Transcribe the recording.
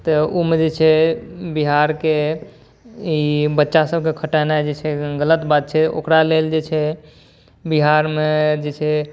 तऽ ओहि मे जे छै बिहारके ई बच्चासभके खटेनाइ जे छै गलत बात छै ओकरा लेल जे छै बिहारमे जे छै